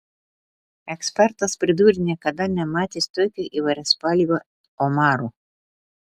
ekspertas pridūrė niekada nematęs tokio įvairiaspalvio omaro